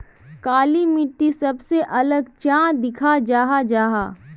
काली मिट्टी सबसे अलग चाँ दिखा जाहा जाहा?